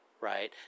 Right